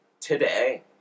today